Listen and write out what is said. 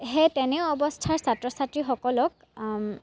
সেই তেনে অৱস্থাৰ ছাত্ৰ ছাত্ৰীসকলক